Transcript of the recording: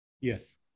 Yes